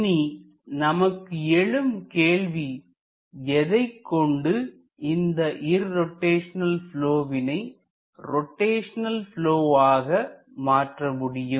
இனி நமக்கு எழும் கேள்வி எதைக் கொண்டு இந்த இர்ரோட்டைஷனல் ப்லொவினை ரோட்டைஷனல் ப்லொவாக மாற்ற முடியும்